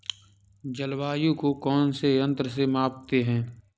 जलवायु को कौन से यंत्र से मापते हैं?